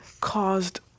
caused